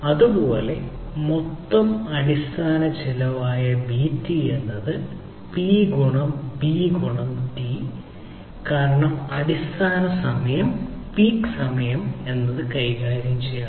അതുപോലെ മൊത്തം അടിസ്ഥാന ചെലവായ B t എന്നത് P ഗുണം B ഗുണം t കാരണം അടിസ്ഥാന സമയം പീക്ക് സമയം കൈകാര്യം ചെയ്യണം